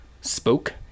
spoke